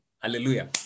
hallelujah